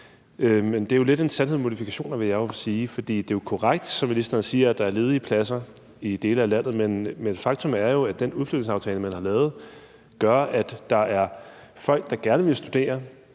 Men det er jo lidt en sandhed med modifikationer, vil jeg sige, for det er korrekt, som ministeren siger, at der er ledige pladser i dele af landet, men faktum er, at den udflytningsaftale, man har lavet, gør, at der er folk, der gerne vil studere